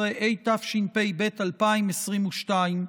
11), התשפ"ב 2022,